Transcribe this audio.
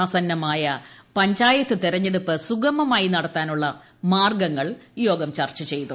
ആസന്നമായ പഞ്ചായത്ത് തെരഞ്ഞെടുപ്പ് സുഗമമായി നടത്താനുള്ള മാർഗ്ഗങ്ങൾ യോഗം ചർച്ചു ചെയ്തു